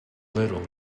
little